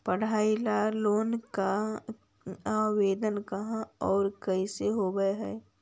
पढाई ल लोन के आवेदन कहा औ कैसे होब है?